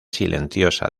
silenciosa